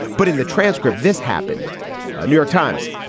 but in the transcript this happened new york times,